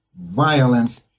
violence